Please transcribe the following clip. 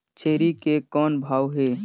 छेरी के कौन भाव हे?